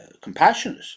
compassionate